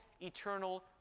eternal